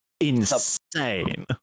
insane